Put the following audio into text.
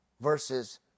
versus